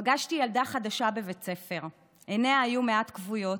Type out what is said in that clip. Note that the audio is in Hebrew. פגשתי ילדה חדשה בבית הספר, עיניה היו מעט כבויות,